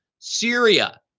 Syria